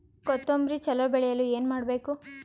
ಕೊತೊಂಬ್ರಿ ಚಲೋ ಬೆಳೆಯಲು ಏನ್ ಮಾಡ್ಬೇಕು?